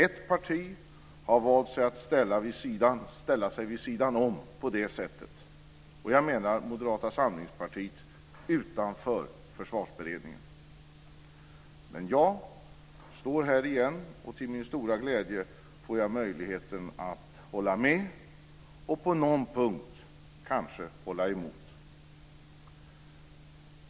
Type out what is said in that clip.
Ett parti - jag menar Moderata samlingspartiet - har valt att på det sättet ställa sig vid sidan om och utanför Försvarsberedningen. Men jag står här igen, och till min stora glädje får jag möjligheten att hålla med och på någon punkt kanske hålla emot.